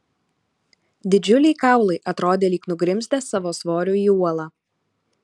didžiuliai kaulai atrodė lyg nugrimzdę savo svoriu į uolą